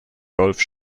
golf